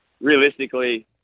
realistically